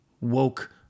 woke